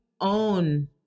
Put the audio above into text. own